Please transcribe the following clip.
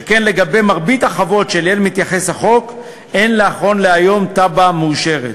שכן לגבי מרבית החוות שאליהן מתייחס החוק אין נכון להיום תב"ע מאושרת,